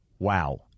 wow